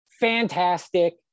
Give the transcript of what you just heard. fantastic